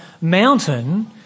mountain